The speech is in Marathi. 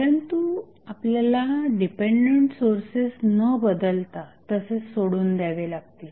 परंतु आपल्याला डिपेंडंट सोर्सेस न बदलता तसेच सोडून द्यावे लागतील